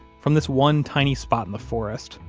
from this one tiny spot in the forest,